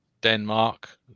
Denmark